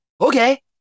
okay